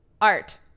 Art